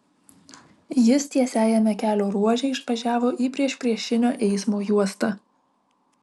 jis tiesiajame kelio ruože išvažiavo į priešpriešinio eismo juostą